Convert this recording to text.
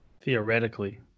theoretically